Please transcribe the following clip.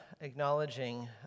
acknowledging